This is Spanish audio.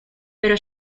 pero